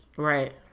Right